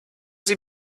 sie